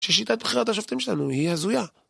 ששיטת בחירת השופטים שלנו היא הזויה.